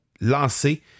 lancer